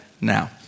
now